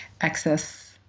access